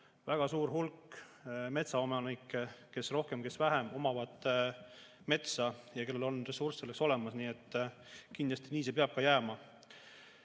väga suur hulk metsaomanikke, kes rohkem või vähem omavad metsa ja kellel on ressurss selleks olemas. Nii et kindlasti nii see peab ka jääma. Aga